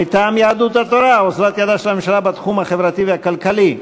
מטעם יהדות התורה: אוזלת ידה של הממשלה בתחום החברתי והכלכלי,